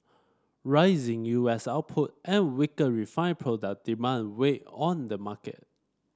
rising U S output and weaker refined product demand weighed on the market